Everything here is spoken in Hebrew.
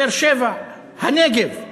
באר-שבע, הנגב.